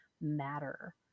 matter